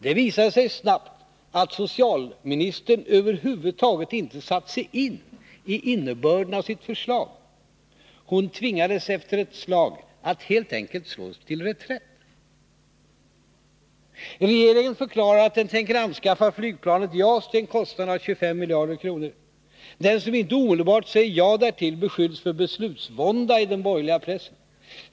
Det visade sig snabbt att socialministern över huvud taget inte satt sig in iinnebörden av sitt förslag. Hon tvingades efter ett slag att helt enkelt slå till reträtt. Regeringen förklarar att den tänker anskaffa flygplanet JAS till en kostnad av 25 miljarder kronor. Den som inte omedelbart säger ja därtill beskylls för beslutsvånda i den borgerliga pressen.